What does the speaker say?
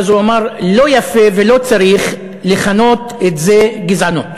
והוא אמר: לא יפה ולא צריך לכנות את זה גזענות.